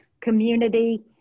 community